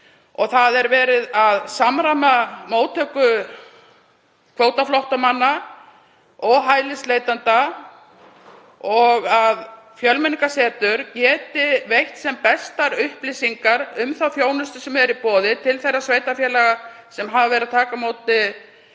það er verið að samræma móttöku kvótaflóttamanna og hælisleitenda og að Fjölmenningarsetur geti veitt sem bestar upplýsingar um þá þjónustu sem er í boði til þeirra sveitarfélaga sem hafa verið að taka á móti